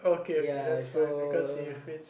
ya so